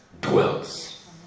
dwells